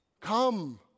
Come